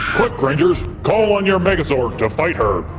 quick, rangers. call on your megazord to fight her.